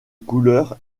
couleur